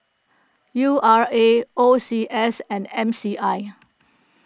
U R A O C S and M C I